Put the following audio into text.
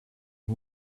who